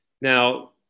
Now